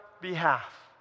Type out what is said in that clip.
behalf